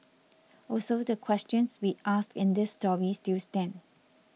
also the questions we asked in this story still stand